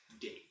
day